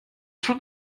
schon